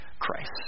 Christ